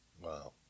Wow